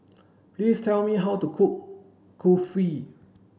please tell me how to cook Kulfi